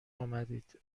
آمدید